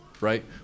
right